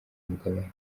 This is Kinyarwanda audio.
mugabane